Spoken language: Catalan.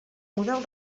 model